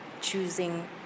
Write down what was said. choosing